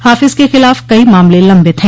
हाफिज के खिलाफ कई मामले लंबित हैं